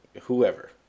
whoever